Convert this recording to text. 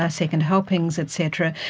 ah second helpings et cetera,